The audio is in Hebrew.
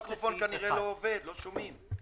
ולא נתתם לי גם במהלך הדיון.